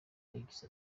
yagize